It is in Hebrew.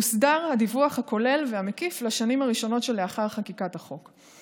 הוסדר הדיווח הכולל והמקיף לשנים הראשונות שלאחר חקיקת החוק.